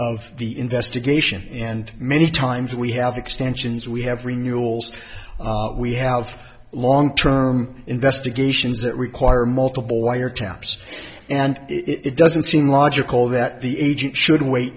of the investigation and many times we have extensions we have renewables we have long term investigations that require multiple wiretaps and it doesn't seem logical that the agent should wait